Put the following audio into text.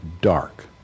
dark